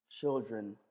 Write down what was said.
children